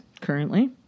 currently